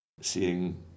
seeing